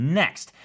next